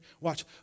Watch